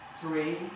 three